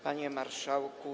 Panie Marszałku!